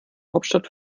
hauptstadt